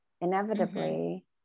inevitably